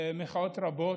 במחאות רבות.